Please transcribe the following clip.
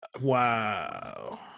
Wow